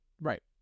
Right